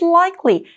likely